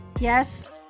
Yes